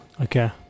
Okay